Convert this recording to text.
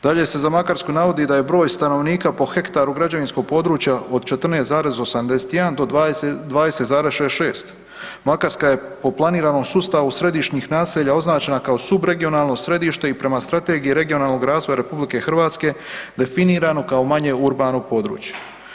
Dakle, se za Makarsku navodi da je broj stanovnika po hektaru građevinskog područja od 14,81 do 20,66 Makarska je po planiranom sustavu središnjih naselja označena kao subregionalno središte i prema Strategiji regionalnog razvoja RH definirano kao manje urbano područje.